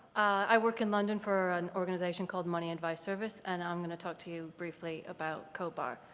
i work in london for an organization called money advice service, and i'm going to talk to you briefly about codebar.